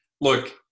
Look